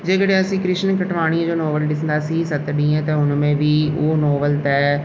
जे कॾहिं असीं कृष्ण खटवाणीअ जो नॉवेल ॾिसंदासीं सत ॾींह हुन में बि उहो नॉवेल त